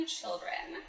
children